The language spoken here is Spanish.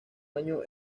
año